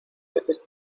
veces